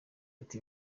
ati